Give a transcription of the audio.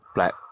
Black